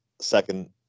second